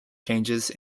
changes